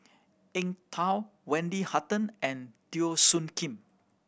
Eng Tow Wendy Hutton and Teo Soon Kim